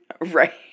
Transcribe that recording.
Right